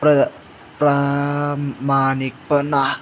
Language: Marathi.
प्र प्रामाणिकपणा